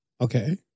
Okay